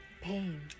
Pain